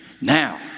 now